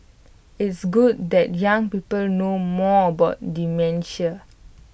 it's good that young people know more about dementia